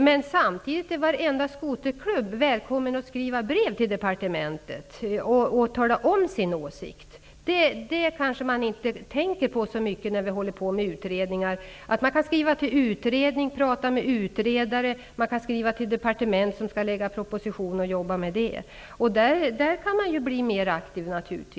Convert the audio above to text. Men samtidigt är varenda skoterklubb välkommen att skriva brev till departementet för att redovisa sina åsikter. Man tänker kanske inte så mycket på den möjligheten i samband med att utredningar pågår. Man kan skriva till utredningen, och man kan tala med utredare. Man kan skriva till det departement som skall lägga fram propositionen, medan detta arbetar med frågan. På det sättet kan man bli mer aktiv.